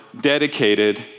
dedicated